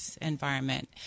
environment